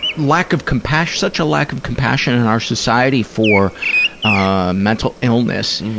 lack of compassion, such a lack of compassion in our society for ah mental illness,